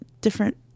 different